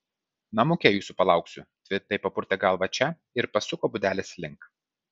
namuke jūsų palauksiu tvirtai papurtė galvą če ir pasuko būdelės link